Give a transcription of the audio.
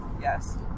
yes